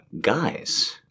Guys